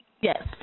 Yes